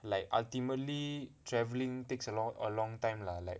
like ultimately travelling takes a long a long time lah like